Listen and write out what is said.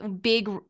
big